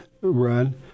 Run